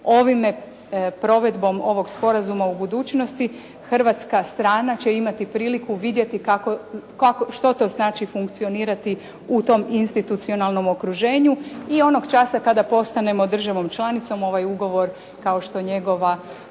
dakle provedbom ovog sporazuma u budućnosti hrvatska strana će imati priliku vidjeti što to znači funkcionirati u tom institucionalnom okruženju i onog časa kada postanemo državom članicom, ovaj ugovor kao što njegove